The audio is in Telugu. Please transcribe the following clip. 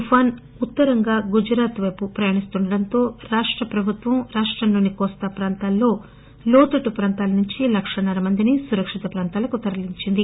తుఫాన్ వృత్తి ఉత్తరంగా గుజరాత్ రేపు ప్రయాణిస్తుండటంతో రాష్ట ప్రభుత్వం రాష్టంలోని కోస్తా ప్రాంతాల్లో లోతట్లు ప్రాంతాల నుంచి లక్షన్సర మందిని సురక్షిత ప్రాంతాలకు తరలించింది